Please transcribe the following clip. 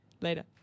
Later